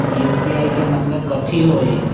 UPI के मतलब कथी होई?